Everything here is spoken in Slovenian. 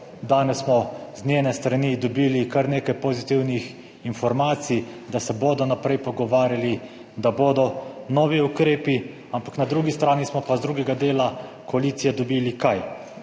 Danes smo z njene strani dobili kar nekaj pozitivnih informacij, da se bodo naprej pogovarjali, da bodo novi ukrepi, ampak na drugi strani smo pa z drugega dela koalicije dobili kaj?